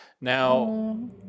Now